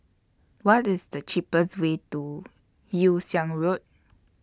What IS The cheapest Way to Yew Siang Road